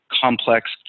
complex